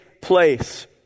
place